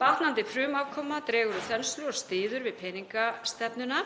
Batnandi frumafkoma dregur úr þenslu og styður við peningastefnuna